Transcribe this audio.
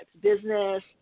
business